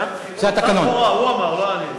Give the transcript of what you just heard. קופסה שחורה, הוא אמר, לא אני.